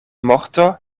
morto